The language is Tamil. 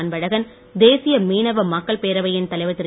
அன்பழகன் தேசிய மீனவ மக்கள் பேரவையின் தலைவர் திரு